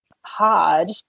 hard